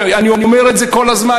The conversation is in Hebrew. אני אומר את זה כל הזמן.